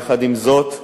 יחד עם זאת,